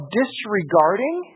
disregarding